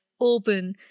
open